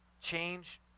Change